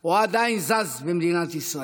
או עדיין זז במדינת ישראל.